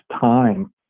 Time